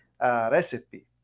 recipe